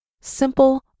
simple